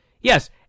Yes